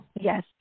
Yes